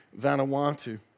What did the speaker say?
Vanuatu